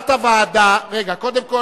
קודם כול,